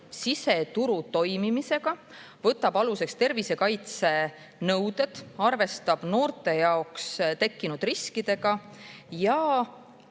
siseturu toimimisega, võtab aluseks tervisekaitsenõuded, arvestab noorte jaoks tekkinud riskidega ja